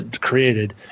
created